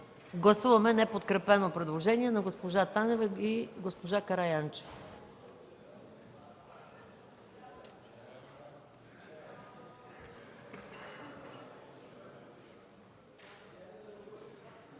прегласуване неподкрепеното предложение на госпожа Танева и госпожа Караянчева.